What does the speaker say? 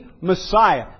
Messiah